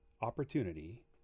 opportunity